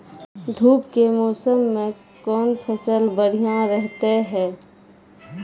धूप के मौसम मे कौन फसल बढ़िया रहतै हैं?